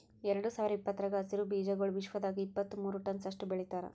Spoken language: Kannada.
ಎರಡು ಸಾವಿರ ಇಪ್ಪತ್ತರಾಗ ಹಸಿರು ಬೀಜಾಗೋಳ್ ವಿಶ್ವದಾಗ್ ಇಪ್ಪತ್ತು ಮೂರ ಟನ್ಸ್ ಅಷ್ಟು ಬೆಳಿತಾರ್